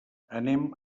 anem